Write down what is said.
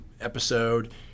episode